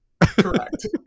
correct